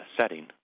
setting